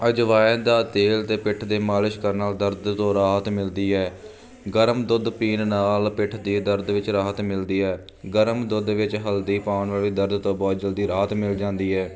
ਅਜਵਾਇਣ ਦਾ ਤੇਲ 'ਤੇ ਪਿੱਠ ਦੇ ਮਾਲਿਸ਼ ਕਰਨ ਨਾਲ ਦਰਦ ਤੋਂ ਰਾਹਤ ਮਿਲਦੀ ਹੈ ਗਰਮ ਦੁੱਧ ਪੀਣ ਨਾਲ ਪਿੱਠ ਦੇ ਦਰਦ ਵਿੱਚ ਰਾਹਤ ਮਿਲਦੀ ਹੈ ਗਰਮ ਦੁੱਧ ਵਿੱਚ ਹਲਦੀ ਪਾਉਣ ਵਾਲੀ ਦਰਦ ਤੋਂ ਬਹੁਤ ਜਲਦੀ ਰਾਹਤ ਮਿਲ ਜਾਂਦੀ ਹੈ